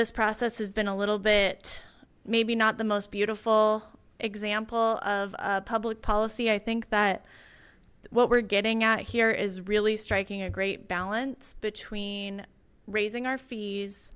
this process has been a little bit maybe not the most beautiful example of public policy i think that what we're getting at here is really striking a great balance between raising our fees